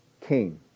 came